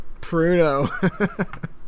pruno